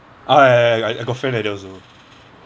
oh ya ya I got friend like that also